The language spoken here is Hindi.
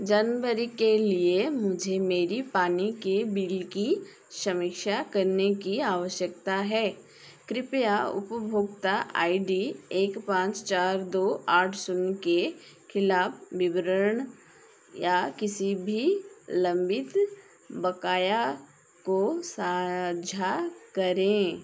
जनवरी के लिए मुझे मेरी पानी के बिल की समीक्षा करने की आवश्यकता है कृपया उपभोक्ता आई डी एक पाँच चार दो आठ शून्य के ख़िलाफ विवरण या किसी भी लम्बित बक़ाया को साझा करें